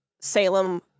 Salem-